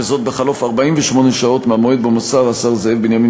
וזאת בחלוף 48 שעות מהמועד שבו מסר השר זאב בנימין